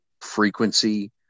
frequency